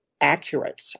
accurate